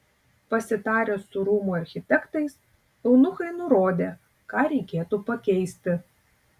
pasitarę su rūmų architektais eunuchai nurodė ką reikėtų pakeisti